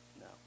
No